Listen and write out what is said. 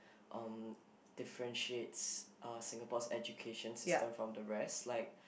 um differentiates Singapore education from the rest like